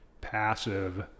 passive